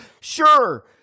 Sure